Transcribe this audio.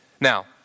Now